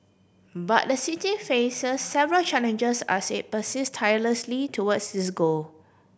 but the city faces several challenges as it persist tirelessly towards this goal